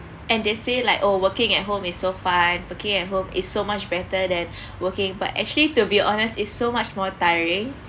and they say like oh working at home is so fine working at home is so much better than working but actually to be honest it's so much more tiring